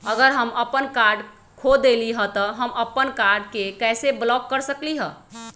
अगर हम अपन कार्ड खो देली ह त हम अपन कार्ड के कैसे ब्लॉक कर सकली ह?